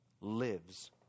lives